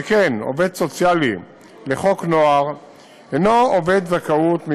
שכן עובד סוציאלי לחוק נוער אינו עובד זכאות.